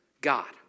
God